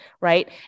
right